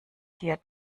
hier